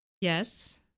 Yes